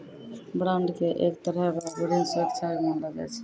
bond के एक तरह रो ऋण सुरक्षा भी मानलो जाय छै